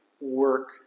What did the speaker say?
work